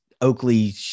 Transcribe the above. Oakley